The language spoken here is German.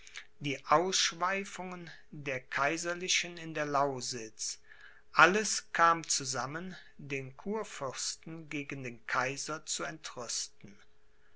die ausschweifungen der kaiserlichen in der lausitz alles kam zusammen den kurfürsten gegen den kaiser zu entrüsten